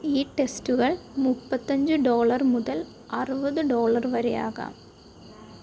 ഈ ടെസ്റ്റുകൾ മുപ്പത്തഞ്ച് ഡോളർ മുതൽ അറുപത് ഡോളർ വരെയാകാം